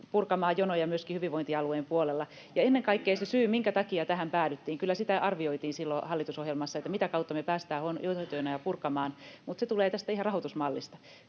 purkamaan jonoja myöskin hyvinvointialueen puolella. [Aki Lindénin välihuuto] Ja ennen kaikkea se syy, minkä takia tähän päädyttiin: kyllä sitä arvioitiin silloin hallitusohjelmassa, mitä kautta me päästään hoitojonoja purkamaan, mutta se tulee ihan tästä rahoitusmallista.